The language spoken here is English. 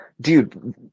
dude